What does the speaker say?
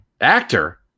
Actor